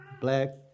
Black